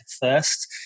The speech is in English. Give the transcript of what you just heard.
first